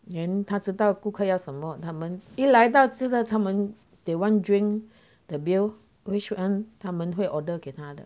then 他知道顾客要什么他们一来到知道他们 they want drink the bill which one 他们会 order 给他的